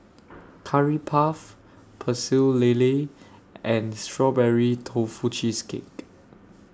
Curry Puff Pecel Lele and Strawberry Tofu Cheesecake